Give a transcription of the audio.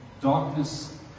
darkness